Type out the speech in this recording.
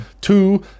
Two